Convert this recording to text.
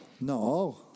No